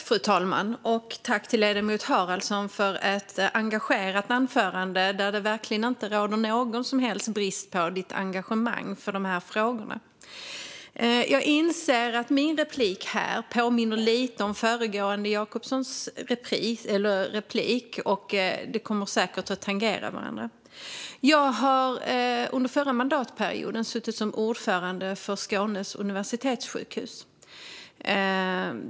Fru talman! Jag tackar ledamoten Haraldsson för ett engagerat anförande. Det råder inte någon som helst brist på engagemang för frågorna hos ledamoten. Jag inser att min replik kommer att påminna om Jacobssons replik, och de kommer säkert att tangera varandra. Under förra mandatperioden var jag ordförande i styrelsen vid Skånes universitetssjukhus.